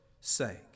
sake